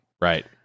right